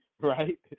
right